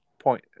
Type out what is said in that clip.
point